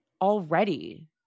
already